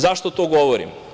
Zašto to govorim?